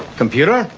computer?